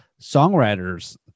songwriters